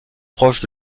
proches